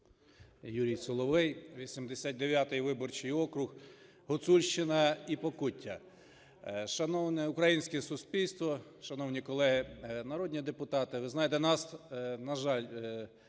Юрій Соловей, 89 виборчий округ, Гуцульщина і Покуття. Шановне українське суспільство, шановні колеги народні депутати, ви знаєте, нас, на жаль,